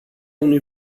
unui